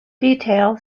detail